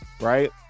right